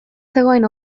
zegoen